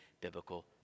biblical